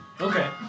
Okay